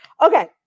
okay